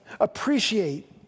Appreciate